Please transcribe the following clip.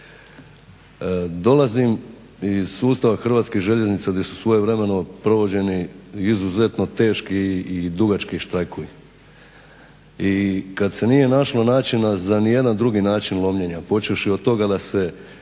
dolazim iz sustava Hrvatskih željeznica gdje su svojevremeno provođeni izuzetno teški i dugački štrajkovi. I kad se nije našlo načina za nijedan drugi način lomljenja, počevši od toga da su